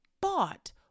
bought